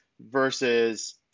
versus